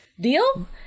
deal